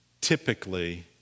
typically